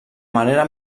manera